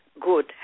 good